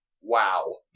Wow